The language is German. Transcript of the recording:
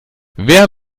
wer